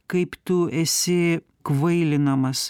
kaip tu esi kvailinamas